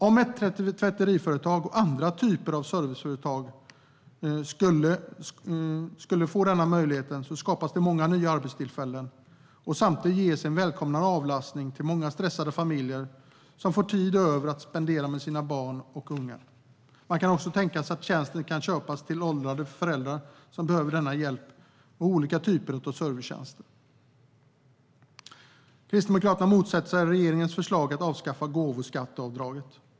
Om tvätteriföretag och andra typer av serviceföretag skulle få denna möjlighet skapas det många nya arbetstillfällen, och samtidigt ges en välkommen avlastning till många stressade familjer som får tid över för att spendera med sina barn och unga. Man kan också tänka sig att tjänsten kan köpas till åldrade föräldrar som behöver denna hjälp, liksom olika typer av servicetjänster. Kristdemokraterna motsätter sig regeringens förslag att avskaffa gåvoskatteavdraget.